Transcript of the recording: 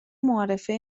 معارفه